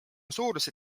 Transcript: suuruse